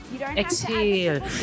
exhale